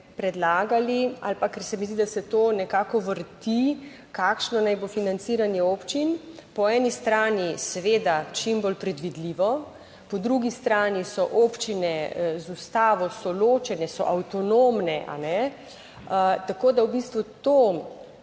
ali pa, ker se mi zdi, da se to nekako vrti, kakšno naj bo financiranje občin. Po eni strani seveda čim bolj predvidljivo, po drugi strani so občine z Ustavo so ločene, so avtonomne, a ne, tako da v bistvu to,